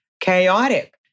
chaotic